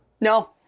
No